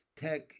tech